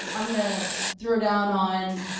um i'm gonna throw down on